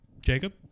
Jacob